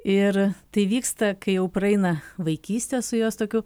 ir tai vyksta kai jau praeina vaikystė su jos tokiu